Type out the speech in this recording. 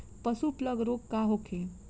पशु प्लग रोग का होखे?